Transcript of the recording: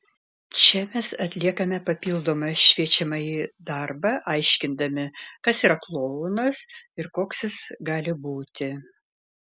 čia mes atliekame papildomą šviečiamąjį darbą aiškindami kas yra klounas ir koks jis gali būti